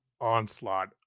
onslaught